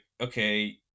okay